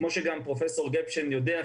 כמו שגם פרופסור גפשטיין יודע,